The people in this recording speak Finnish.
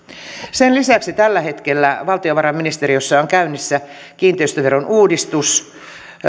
sen lisäksi tällä hetkellä valtiovarainministeriössä on käynnissä kiinteistöveron uudistus